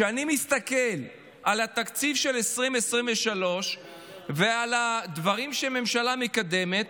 כשאני מסתכל על התקציב של 2023 ועל הדברים שהממשלה מקדמת,